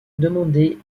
demander